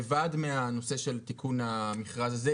לבד מהנושא של תיקון המכרז הזה,